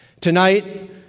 Tonight